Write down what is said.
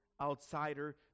outsider